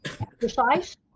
exercise